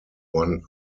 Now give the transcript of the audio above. one